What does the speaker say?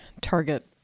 target